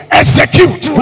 execute